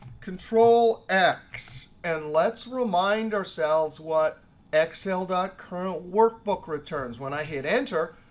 control x, and let's remind ourselves what excel dot current workbook returns. when i hit enter,